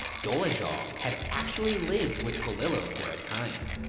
dolezal had actually lived with polillo for a time.